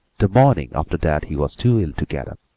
the morning after that he was too ill to get up,